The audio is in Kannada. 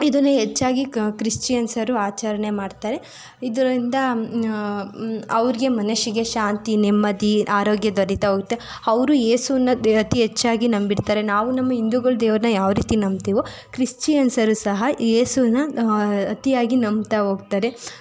ಇದನ್ನು ಹೆಚ್ಚಾಗಿ ಕ ಕ್ರಿಶ್ಚಿಯನ್ಸರು ಆಚರಣೆ ಮಾಡ್ತಾರೆ ಇದರಿಂದ ಅವ್ರಿಗೆ ಮನಸ್ಸಿಗೆ ಶಾಂತಿ ನೆಮ್ಮದಿ ಆರೋಗ್ಯ ದೊರಿತಾ ಹೋಗುತ್ತೆ ಅವರು ಯೇಸುನಾ ಅತಿ ಹೆಚ್ಚಾಗಿ ನಂಬಿರ್ತಾರೆ ನಾವು ನಮ್ಮ ಹಿಂದೂಗಳು ದೇವ್ರನ್ನ ಯಾವ ರೀತಿ ನಂಬ್ತಿವೋ ಕ್ರಿಶ್ಚಿಯನ್ಸರು ಸಹ ಯೇಸುನ ಅತಿಯಾಗಿ ನಂಬ್ತಾ ಹೋಗ್ತಾರೆ